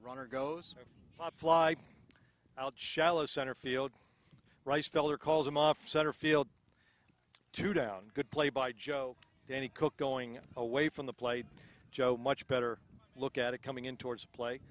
runner goes up fly out shallow center field rice feller calls him off center field two down good play by joe any cook going away from the plate joe much better look at it coming in towards